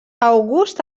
august